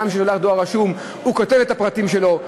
אדם ששולח דואר רשום כותב את הפרטים שלו,